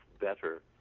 better